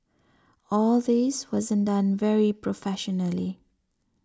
all this wasn't done very professionally